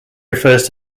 refers